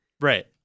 Right